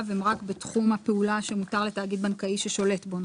הם רק בתחום הפעולה שמותר לתאגיד בנקאי ששולט בו.